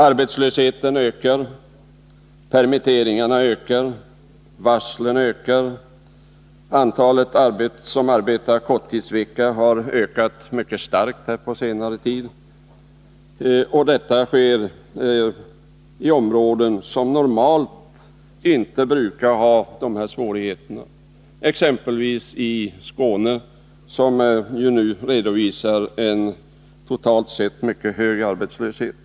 Arbetslösheten, permitteringarna och varslen ökar. Antalet personer som arbetar korttidsvecka har ökat mycket starkt under senare tid. Detta äger rum i områden som normalt inte har sådana här svårigheter, exempelvis Skåne som nu redovisar en totalt mycket stor arbetslöshet.